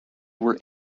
were